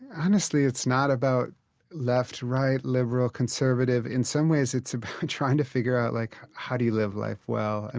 honestly, it's not about left-right liberal-conservative. in some ways, it's about trying to figure out like how do you live life well? i